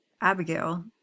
Abigail